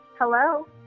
Hello